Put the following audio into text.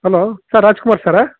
hello sir Rajkumar sir